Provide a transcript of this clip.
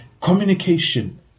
communication